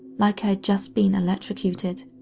like i had just been electrocuted.